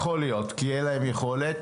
יכול להיות כי אין להם יכולת.